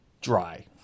dry